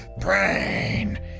Brain